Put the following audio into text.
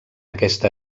aquesta